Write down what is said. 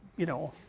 you know